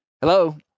hello